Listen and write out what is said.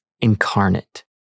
incarnate